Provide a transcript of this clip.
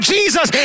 Jesus